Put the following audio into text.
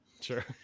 Sure